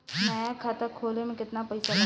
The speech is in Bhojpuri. नया खाता खोले मे केतना पईसा लागि?